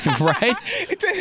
Right